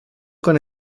con